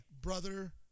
brother